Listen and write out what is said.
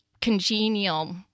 congenial